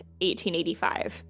1885